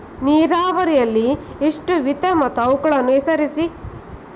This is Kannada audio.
ನೀರಾವರಿಯಲ್ಲಿ ಎಷ್ಟು ವಿಧ ಮತ್ತು ಅವುಗಳನ್ನು ಹೆಸರಿಸಿ?